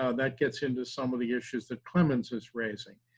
ah that gets into some of the issues that clemens is raising.